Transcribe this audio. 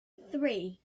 three